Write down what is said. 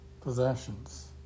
possessions